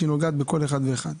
שהיא נוגעת בכל אחד ואחד.